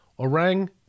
Orang